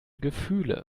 gefühle